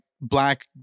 black